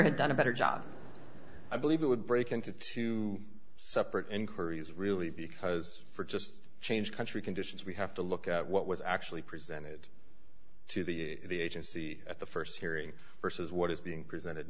lawyer had done a better job i believe it would break into two separate inquiries really because for just change country conditions we have to look at what was actually presented to the agency at the st hearing versus what is being presented